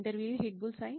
interviewer హిట్బుల్స్ఐ